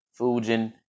Fujin